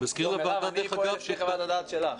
מירב, מה חוות הדעת שלך?